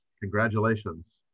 Congratulations